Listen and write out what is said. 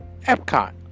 Epcot